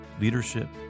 leadership